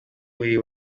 uri